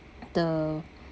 the